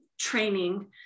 training